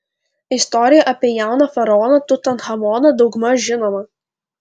istorija apie jauną faraoną tutanchamoną daugmaž žinoma